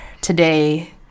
today